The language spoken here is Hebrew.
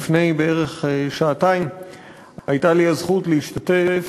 לפני בערך שעתיים הייתה לי הזכות להשתתף,